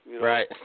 Right